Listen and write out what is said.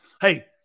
Hey